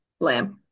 Lamb